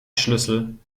schlüssel